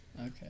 Okay